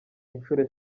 inshuro